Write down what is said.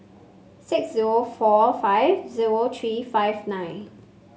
six zero four five zero three five nine